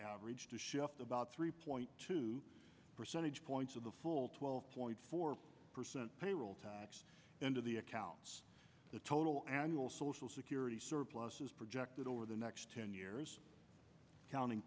average to shift about three point two percentage points of the full twelve point four percent payroll tax into the account the total annual social security surplus is projected over the next ten years counting